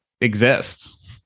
exists